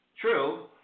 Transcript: True